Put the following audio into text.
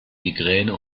migräne